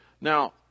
now